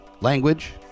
language